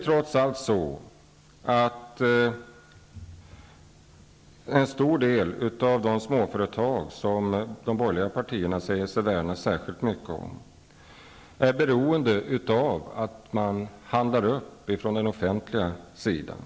Trots allt är en hel del av de småföretag som de borgerliga partierna säger sig värna särskilt mycket beroende av upphandling från den offentliga sidan.